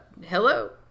Hello